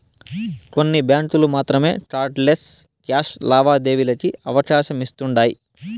కొన్ని బ్యాంకులు మాత్రమే కార్డ్ లెస్ క్యాష్ లావాదేవీలకి అవకాశమిస్తుండాయ్